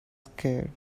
scared